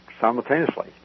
simultaneously